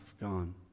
gone